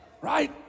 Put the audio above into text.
Right